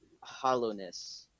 Hollowness